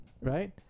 Right